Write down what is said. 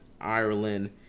Ireland